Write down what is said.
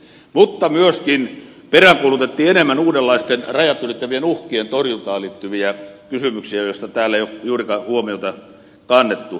mutta myöskin peräänkuulutettiin enemmän uudenlaisten rajat ylittävien uhkien torjuntaan liittyviä kysymyksiä joihin täällä ei ole juurikaan huomiota kiinnitetty